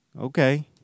okay